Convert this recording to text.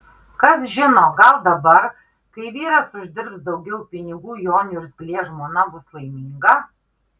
kas žino gal dabar kai vyras uždirbs daugiau pinigų jo niurzglė žmona bus laiminga